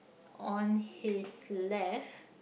on his left